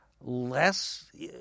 less